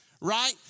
Right